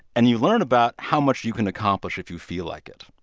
and you learn about how much you can accomplish if you feel like it